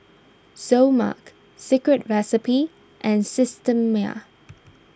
Seoul Mark Secret Recipe and Systema